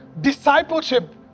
discipleship